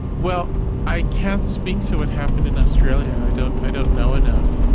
well i can't speak to what happened in australia, i don't i don't know enough.